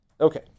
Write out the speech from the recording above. Okay